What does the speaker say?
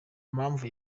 mpamvu